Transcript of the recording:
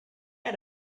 had